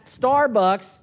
Starbucks